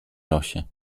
losie